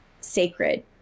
sacred